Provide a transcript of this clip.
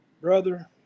brother